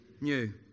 new